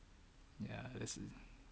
ya that's